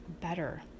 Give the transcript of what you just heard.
better